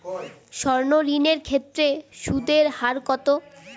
সর্ণ ঋণ এর ক্ষেত্রে সুদ এর হার কত?